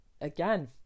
again